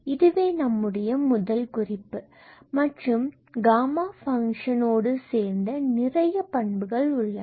இதுவே நம்முடைய முதல் குறிப்பு மற்றும் காமா ஃபங்க்ஷன் ஓடு சேர்ந்த நிறைய பண்புகள் உள்ளன